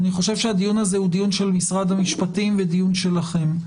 אני חושב שהדיון הזה הוא דיון של משרד המשפטים ודיון שלכם.